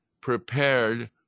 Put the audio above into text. prepared